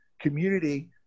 community